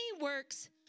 works